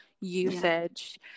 usage